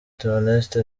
théoneste